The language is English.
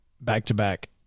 back-to-back